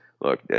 look